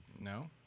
No